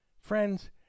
Friends